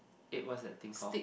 eight what's that thing called